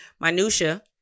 minutia